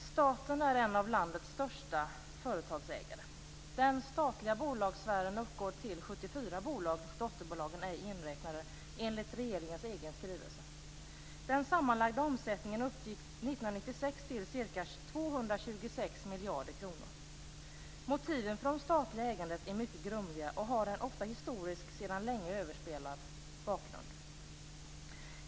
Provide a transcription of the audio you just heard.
Herr talman! Staten är en av landets största företagsägare. Den statliga bolagssfären uppgår till 74 bolag, dotterbolagen ej inräknade, enligt regeringens egen skrivelse. Den sammanlagda omsättningen uppgick 1996 till ca 226 miljarder kronor. Motiven för det statliga ägandet är mycket grumliga och har en ofta historisk, sedan länge överspelad, bakgrund.